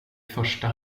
första